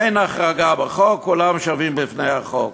אין החרגה בחוק, כולם שווים בפני החוק.